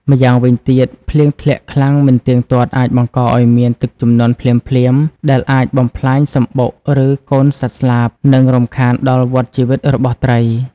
ម្យ៉ាងវិញទៀត ភ្លៀងធ្លាក់ខ្លាំងមិនទៀងទាត់អាចបង្កឱ្យមានទឹកជំនន់ភ្លាមៗ ដែលអាចបំផ្លាញសំបុក ឬកូនសត្វស្លាប និងរំខានដល់វដ្តជីវិតរបស់ត្រី។